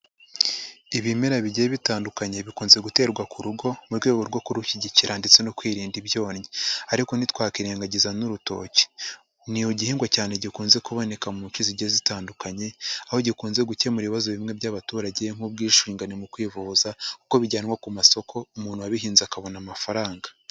Ibimera bigiye bitandukanye bikunze guterwa ku rugo mu rwego rwo kurushyigikira ndetse no kwirinda ibyonnyi ariko ntitwakirengagiza n'urutoki, ni igihingwa cyane gikunze kuboneka mu nshe zigiye zitandukanye, aho gikunze gukemura ibibazo bimwe by'abaturage nk'ubwisungane mu kwivuza kuko bijyanwa ku masoko umuntu wabihinze akabona amafaranga.